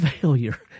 failure